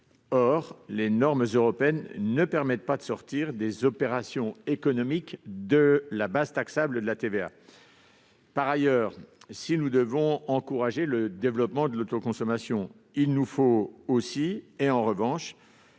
les normes européennes ne permettent pas de sortir des opérations économiques de la base d'imposition de la TVA. Par ailleurs, si nous devons encourager le développement de l'autoconsommation, il nous faut aussi prendre garde